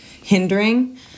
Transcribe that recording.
hindering